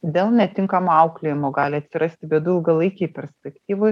dėl netinkamo auklėjimo gali atsirasti bėdų ilgalaikėj perspektyvoj